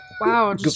Wow